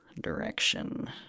direction